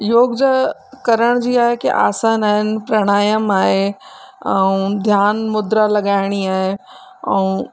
योग जा करण जी आहे की आसान आहिनि प्रणायाम आहे ऐं ध्यानु मुद्रा लगाइणी आहे ऐं